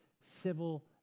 civil